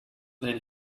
than